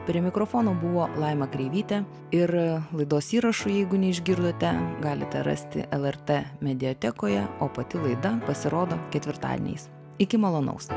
prie mikrofono buvo laima kreivytė ir laidos įrašą jeigu neišgirdote galite rasti lrt mediatekoje o pati laida pasirodo ketvirtadieniais iki malonaus